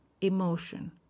Emotion